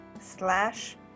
slash